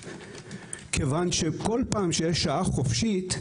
כיוון שכל פעם כשיש שעה חופשית,